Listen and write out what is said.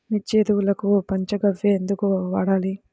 మిర్చి ఎదుగుదలకు పంచ గవ్య ఎందుకు వాడాలి?